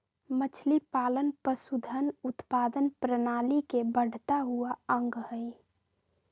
मछलीपालन पशुधन उत्पादन प्रणाली के बढ़ता हुआ अंग हई